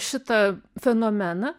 šitą fenomeną